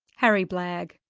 harry blagg,